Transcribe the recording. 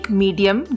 medium